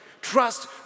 trust